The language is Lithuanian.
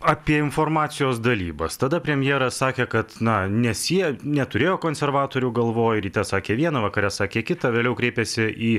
apie informacijos dalybas tada premjeras sakė kad na nes jie neturėjo konservatorių galvoj ryte sakė viena vakare sakė kita vėliau kreipėsi į